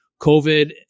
COVID